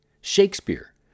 Shakespeare